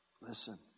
Listen